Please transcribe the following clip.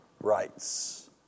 rights